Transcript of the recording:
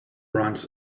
runs